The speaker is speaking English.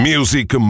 Music